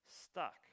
stuck